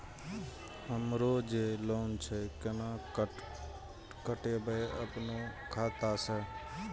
हमरो जे लोन छे केना कटेबे अपनो खाता से?